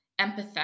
empathetic